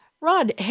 Rod